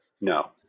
No